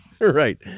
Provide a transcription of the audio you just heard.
right